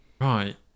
Right